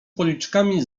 policzkami